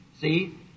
See